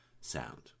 sound